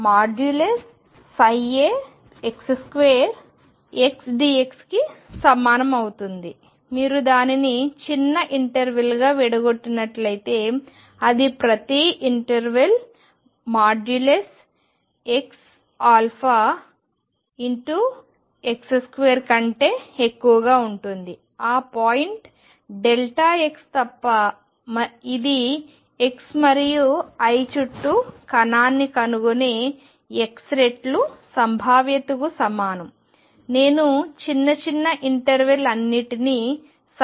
∫2xdx కి సమానం అవుతుంది మీరు దానిని చిన్న ఇంటర్వెల్ గా విడగొట్టినట్లయితే అది ప్రతి ఇంటర్వెల్ 2 కంటే ఎక్కువగా ఉంటుంది ఆ పాయింట్ x తప్ప ఇది x మరియు I చుట్టూ కణాన్ని కనుగొనే x రెట్లు సంభావ్యతకు సమానం నేను చిన్న చిన్న ఇంటర్వెల్ అన్నింటినీ సంకలనం చేస్తున్నాను